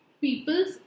people's